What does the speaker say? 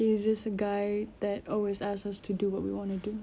he's just a guy that always ask us to do what we wanna do